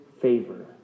favor